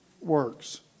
works